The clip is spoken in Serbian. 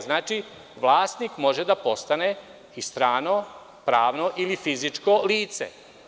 Znači, vlasnik može da postane i strano pravno ili fizičko lice.